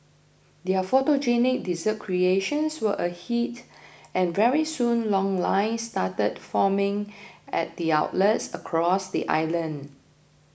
their photogenic dessert creations were a hit and very soon long lines started forming at its outlets across the island